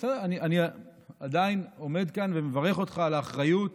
אני עדיין עומד כאן ומברך אותך על האחריות